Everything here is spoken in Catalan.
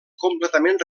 completament